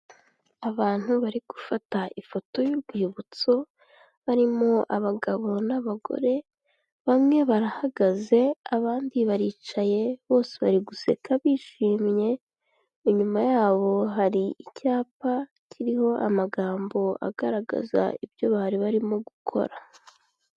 Abantu bari gufata ifoto y'urwibutso, barimo abagabo n'abagore, bamwe barahagaze abandi baricaye, bose bari guseka bishimye, inyuma yabo hari icyapa kiriho amagambo agaragaza ibyo bari barimo gukora.